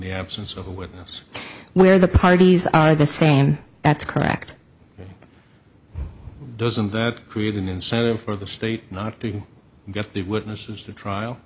the absence of a witness where the parties are the same that's correct doesn't that create an incentive for the state not to get the witnesses to trial